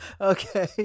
Okay